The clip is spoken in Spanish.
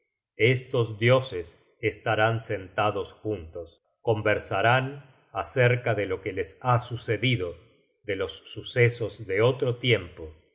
estos dioses estarán sentados juntos conversarán acerca de lo que les ha sucedido de los sucesos de otro tiempo